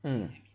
mm